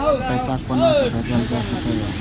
पैसा कोना भैजल जाय सके ये